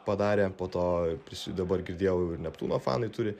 padarė po to prisi dabar girdėjau ir neptūno fanai turi